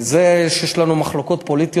זה שיש לנו מחלוקות פוליטיות,